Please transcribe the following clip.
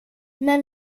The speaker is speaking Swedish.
men